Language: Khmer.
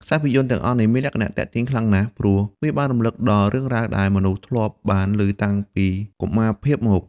ខ្សែភាពយន្តទាំងនេះមានលក្ខណៈទាក់ទាញខ្លាំងណាស់ ព្រោះវាបានរំលឹកដល់រឿងរ៉ាវដែលមនុស្សធ្លាប់បានលឺតាំងពីកុមារភាពមក។